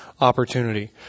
Opportunity